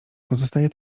pozostaje